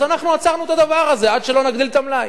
אז אנחנו עצרנו את הדבר הזה עד שלא נגדיל את המלאי.